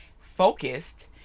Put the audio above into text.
focused